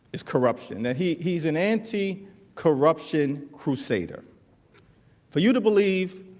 is corruption that he he is an antsy corruption crusader for you to believe